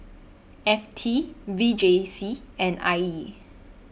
F T V J C and I E